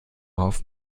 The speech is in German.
auf